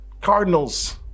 cardinals